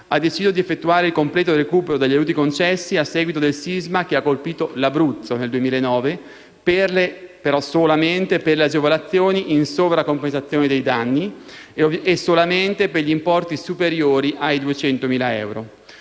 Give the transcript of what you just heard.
ha chiesto di effettuare il completo recupero degli aiuti concessi a seguito del sisma che ha colpito l'Abruzzo nel 2009, ma solamente per le agevolazioni in sovracompensazione dei danni e per importi superiori a 200.000 euro.